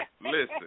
Listen